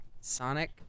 Sonic